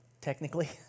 technically